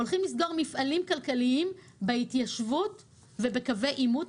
הולכים לסגור מפעלים כלכליים בהתיישבות ובקווי עימות.